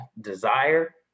desire